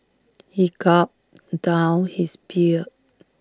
he gulped down his beer